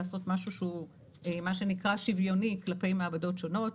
לעשות משהו שהוא מה שנקרא שוויוני כלפי מעבדות שונות,